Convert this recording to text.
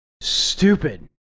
stupid